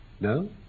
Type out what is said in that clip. No